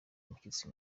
umushyitsi